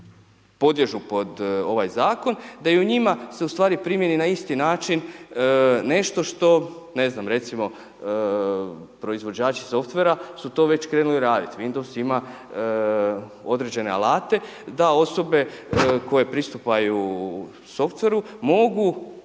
podliježu pod ovaj zakon, da i u njima se ustvari primjeni na isti način nešto što ne znam, recimo proizvođači softvera su to već krenuli raditi, Windows ima određene alate da osobe koje pristupaju softveru mogu